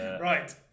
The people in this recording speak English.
Right